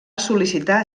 sol·licitar